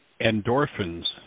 endorphins